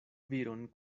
viron